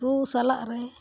ᱨᱩ ᱥᱟᱞᱟᱜ ᱨᱮ